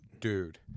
dude